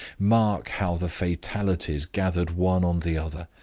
mark how the fatalities gathered one on the other!